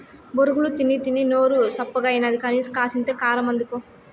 బొరుగులు తినీతినీ నోరు సప్పగాయినది కానీ, కాసింత కారమందుకో